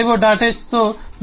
h తో math